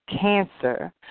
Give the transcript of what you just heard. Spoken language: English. Cancer